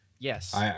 Yes